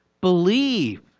believe